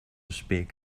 speak